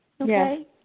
Okay